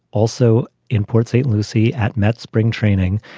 also in port st. lucie at mets spring training,